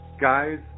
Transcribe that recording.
guys